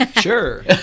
Sure